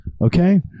Okay